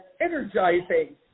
energizing